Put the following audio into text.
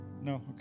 No